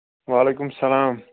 وعلیکُم السَلام